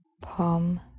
Palm